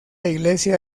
iglesia